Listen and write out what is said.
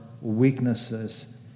weaknesses